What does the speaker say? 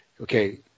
okay